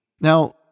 Now